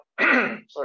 sorry